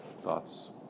Thoughts